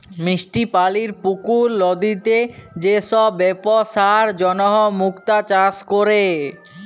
মিষ্টি পালির পুকুর, লদিতে যে সব বেপসার জনহ মুক্তা চাষ ক্যরে